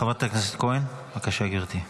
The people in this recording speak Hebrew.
חברת הכנסת כהן, בבקשה, גברתי.